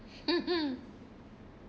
mm mm